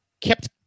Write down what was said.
kept